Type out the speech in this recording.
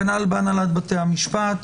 כנ"ל בהנהלת בתי המשפט.